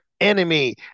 enemy